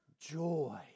joy